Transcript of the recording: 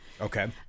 Okay